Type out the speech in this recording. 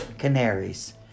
canaries